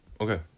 Okay